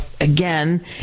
again